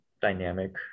dynamic